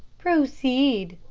proceed,